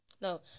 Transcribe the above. no